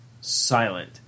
silent